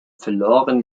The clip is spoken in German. verloren